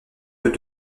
que